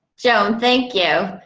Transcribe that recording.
joan, thank you.